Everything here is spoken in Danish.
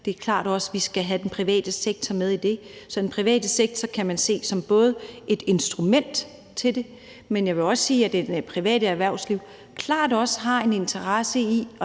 Det er klart, at vi også skal have den private sektor med i det. Så den private sektor kan man se som både et instrument til det, men jeg vil også sige, at det private erhvervsliv klart har en interesse i